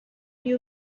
you